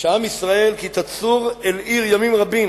"כי תצור אל עיר ימים רבים